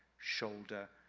shoulder,